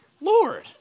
Lord